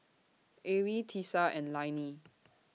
Arie Tisa and Lainey